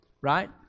right